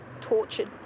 tortured